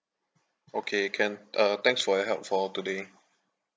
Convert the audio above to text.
okay can uh thanks for your help for today